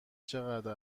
چقدر